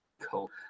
Cool